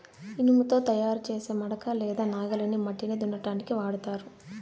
ఇనుముతో తయారు చేసే మడక లేదా నాగలిని మట్టిని దున్నటానికి వాడతారు